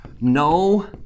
no